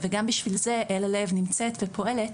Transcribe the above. וגם בשביל זה אל הלב נמצאת ופועלת,